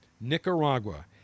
Nicaragua